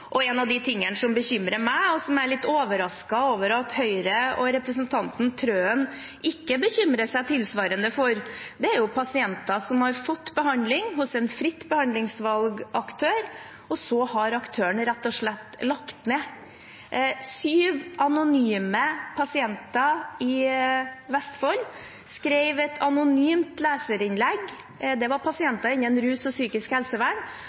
En av de tingene som bekymrer meg, og som jeg er litt overrasket over at Høyre og representanten Trøen ikke bekymrer seg tilsvarende for, er pasienter som har fått behandling hos en fritt behandlingsvalg-aktør, der aktøren rett og slett har lagt ned. Syv pasienter i Vestfold skrev et anonymt leserinnlegg – det var pasienter innen rus og psykisk helsevern.